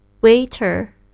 waiter